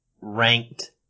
ranked